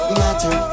matter